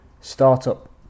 Startup